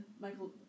Michael